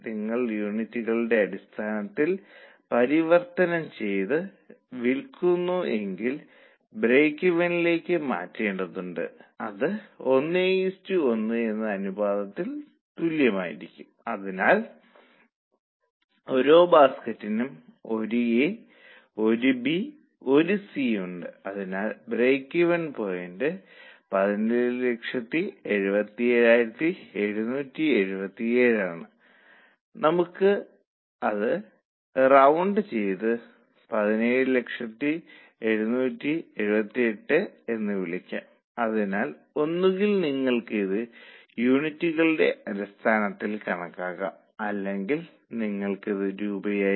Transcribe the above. ഓരോ യൂണിറ്റ് അടിസ്ഥാനത്തിൽ ഉള്ള സംഭാവനയും 15 ആണ് 30 ൽ നിന്ന് 15 കുറയ്ക്കുക മൊത്തം സംഭാവന 150 140 ഒരു എഫ്സി ആണ് ലാഭം 10000 എന്ന് ഇതിനകം നൽകിയിട്ടുണ്ട് പി വി അനുപാതം കണക്കാക്കുക അത് വില്പനയിൽ നിന്ന് ലഭിക്കുന്ന സംഭാവനയാണെന്ന് നിങ്ങൾക്ക് അറിയാം